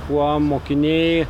kuo mokiniai